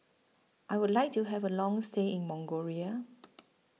I Would like to Have A Long stay in Mongolia